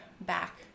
back